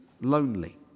lonely